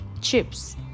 chips